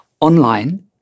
online